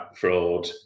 fraud